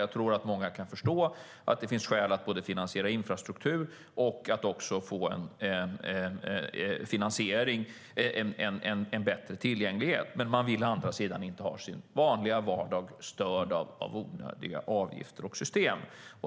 Jag tror att många kan förstå att det finns skäl att både finansiera infrastruktur och få en bättre tillgänglighet, men man vill å andra sidan inte ha sin vanliga vardag störd av onödiga avgifter och system.